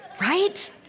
Right